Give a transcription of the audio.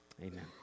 Amen